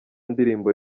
ndirimbo